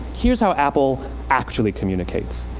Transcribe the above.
here's how apple actually communicates.